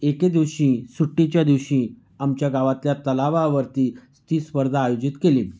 एके दिवशी सुट्टीच्या दिवशी आमच्या गावातल्या तलावावरती स् ती स्पर्धा आयोजित केलीन्